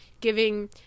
giving